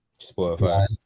Spotify